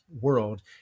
world